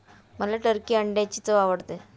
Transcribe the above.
मला टर्की अंड्यांची चव आवडते